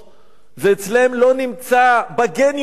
זה לא נמצא בגנום שלהם,